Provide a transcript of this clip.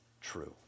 true